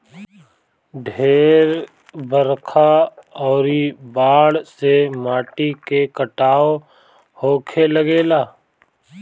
ढेर बरखा अउरी बाढ़ से माटी के कटाव होखे लागेला